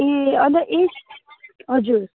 ए अन्त यस हजुर